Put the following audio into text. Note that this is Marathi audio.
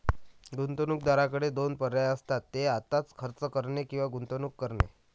गुंतवणूकदाराकडे दोन पर्याय असतात, ते आत्ताच खर्च करणे किंवा गुंतवणूक करणे